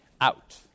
out